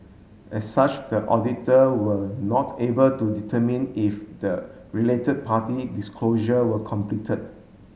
as such the auditor were not able to determine if the related party disclosure were completed